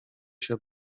się